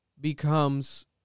becomes